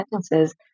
sentences